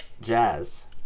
Jazz